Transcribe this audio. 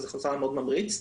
זה סם מאוד ממריץ,